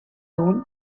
egun